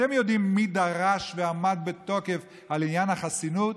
אתם יודעים מי דרש, ועמד בתוקף על עניין החסינות?